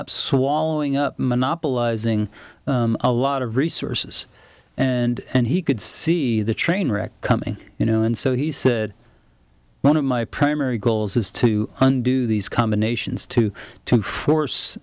up swallowing up monopolizing a lot of resources and he could see the train wreck coming you know and so he said one of my primary goals is to undo these combinations to to force